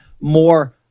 more